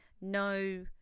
no